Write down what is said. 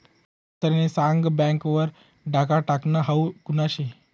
मास्तरनी सांग बँक वर डाखा टाकनं हाऊ गुन्हा शे